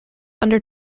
under